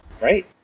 right